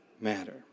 Matter